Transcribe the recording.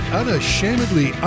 unashamedly